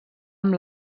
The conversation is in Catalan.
amb